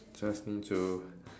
just need to